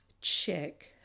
check